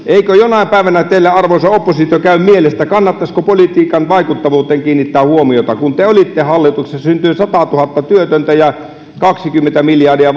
eikö jonain päivänä teillä arvoisa oppositio käy mielessä että kannattaisiko politiikan vaikuttavuuteen kiinnittää huomiota kun te olitte hallituksessa syntyi satatuhatta työtöntä ja kaksikymmentä miljardia